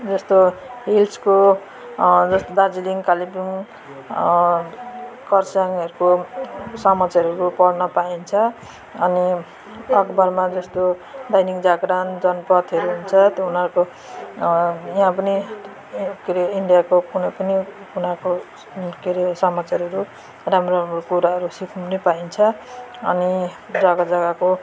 जस्तो हिल्सको जस्तो दार्जिलिङ कालिम्पोङ खरसाङहरूको समाचारहरू पढ्नु पाइन्छ अनि अखबारमा जस्तो दैनिक जागरण जनपथहरू हुन्छ उनीहरूको यहाँ पनि के अरे इन्डियाको कुनै पनि कुनाको न्यु के अरे समाचारहरू राम्रो राम्रो कुराहरू सिख्नु नि पाइन्छ अनि जग्गा जग्गाको